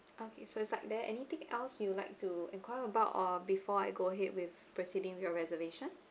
okay so is like there anything else you'd like to enquire about uh before I go ahead with proceeding with your reservation